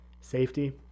Safety